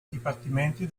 dipartimenti